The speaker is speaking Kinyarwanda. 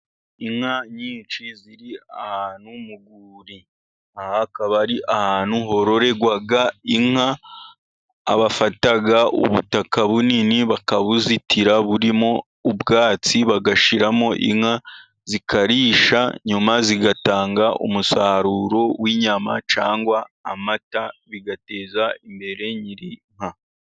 Inka nyinshi ziri ahantu mu rwuri aha akaba ari ahantu hororerwa inka. Bafata ubutaka bunini bakabuzitira burimo ubwatsi bagashyiramo inka zikarisha nyuma zigatanga umusaruro w'inyama cyangwa amata bigateza imbere nyiri inka.